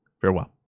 Farewell